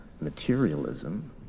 materialism